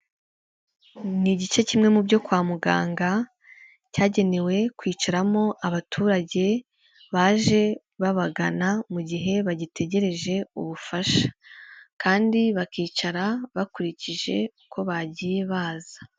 Ni igice kimwe mu byo kwa muganga cyagenewe kwicaramo abaturage baje babagana mu gihe bagitegereje ubufasha kandi bakicara bakurikije uko bagiye baza.